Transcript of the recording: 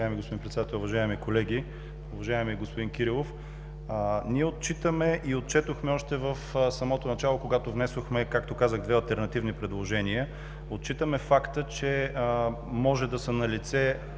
Уважаеми господин Председател, уважаеми колеги, уважаеми господин Кирилов! Още в самото начало, когато внесохме, както казах, две алтернативни предложения, отчетохме факта, че може да са налице